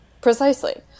Precisely